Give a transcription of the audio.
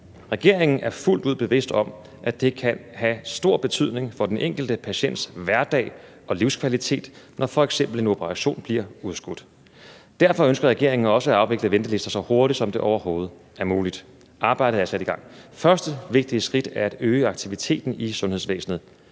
Regeringen er fuldt ud bevidst om, at det kan have stor betydning for den enkelte patients hverdag og livskvalitet, når f.eks. en operation bliver udskudt. Derfor ønsker regeringen også at afvikle ventelister så hurtigt, som det overhovedet er muligt. Arbejdet er sat i gang. Første vigtige skridt er at øge aktiviteten i sundhedsvæsenet.